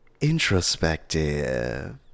introspective